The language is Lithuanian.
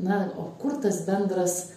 na o kur tas bendras